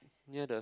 near the